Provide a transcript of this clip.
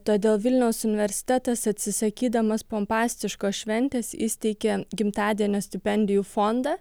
todėl vilniaus universitetas atsisakydamas pompastiškos šventės įsteigė gimtadienio stipendijų fondą